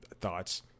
thoughts